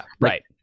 right